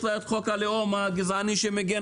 יש לה את חוק הלאום הגזעני שמגן.